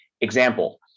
Example